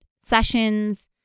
sessions